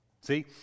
see